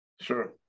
Sure